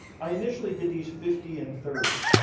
i initially did these fifty and thirty.